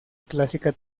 clásica